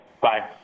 Bye